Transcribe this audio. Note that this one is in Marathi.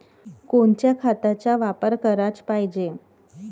कोनच्या खताचा वापर कराच पायजे?